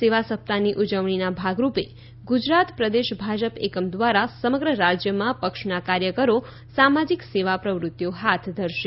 સેવા સપ્તાહની ઉજવણીના ભાગરૂપે ગુજરાત પ્રદેશ ભાજપ એકમ દ્વારા સમગ્ર રાજ્યમાં પક્ષના કાર્યકરો સામાજિક સેવા પ્રવૃત્તિઓ હાથ ધરશે